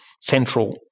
central